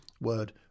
word